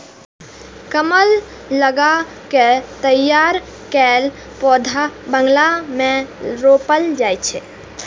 कलम लगा कें तैयार कैल पौधा बगान मे रोपल जाइ छै